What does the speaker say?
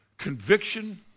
Conviction